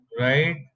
right